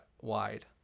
wide